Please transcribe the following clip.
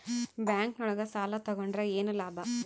Bank ನೊಳಗ ಸಾಲ ತಗೊಂಡ್ರ ಏನು ಲಾಭ?